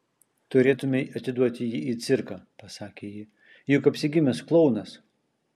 turėtumei atiduoti jį į cirką pasakė ji juk apsigimęs klounas